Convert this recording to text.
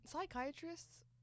Psychiatrists